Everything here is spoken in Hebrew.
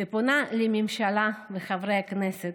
ופונה לממשלה ולחברי הכנסת,